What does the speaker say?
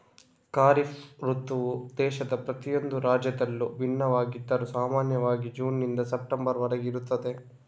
ಖಾರಿಫ್ ಋತುವು ದೇಶದ ಪ್ರತಿಯೊಂದು ರಾಜ್ಯದಲ್ಲೂ ಭಿನ್ನವಾಗಿದ್ರೂ ಸಾಮಾನ್ಯವಾಗಿ ಜೂನ್ ನಿಂದ ಸೆಪ್ಟೆಂಬರ್ ವರೆಗೆ ಇರುತ್ತದೆ